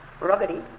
Ruggedy